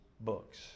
books